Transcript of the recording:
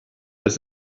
das